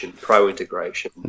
pro-integration